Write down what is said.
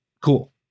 Cool